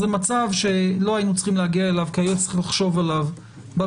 אז זה מצב שלא היינו צריכים להגיע אליו כי היה צריך לחשוב עליו בממשלה,